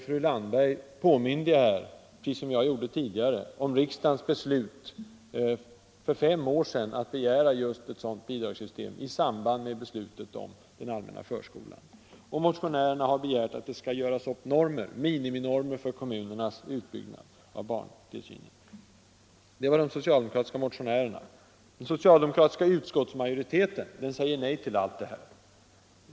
Fru Landberg påminde här — precis som jag gjorde tidigare — om riksdagens beslut för fem år sedan att begära just ett sådant bidragssystem i samband med beslutet om den allmänna förskolan. Och de socialdemokratiska motionärerna har begärt att det skall göras upp miniminormer för kommunernas utbyggnad av barntillsynen. Den socialdemokratiska utskottsmajoriteten säger nej till allt detta.